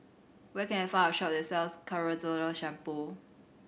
where can I find a shop that sells Ketoconazole Shampoo